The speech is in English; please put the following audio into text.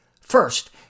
First